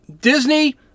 Disney